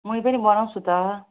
मही पनि बनाउँछु त